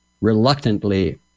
reluctantly